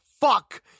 fuck